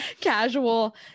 casual